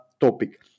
topic